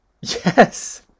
yes